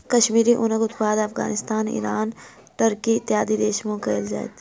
कश्मीरी ऊनक उत्पादन Afghanistan, Iran, Turkey, इत्यादि देश में कयल जाइत अछि